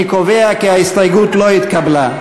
אני קובע כי ההסתייגות לא התקבלה.